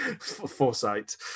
foresight